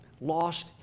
lost